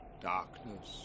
darkness